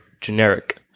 generic